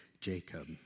Jacob